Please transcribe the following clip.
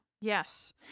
Yes